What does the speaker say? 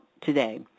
today